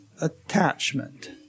attachment